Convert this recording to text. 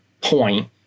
point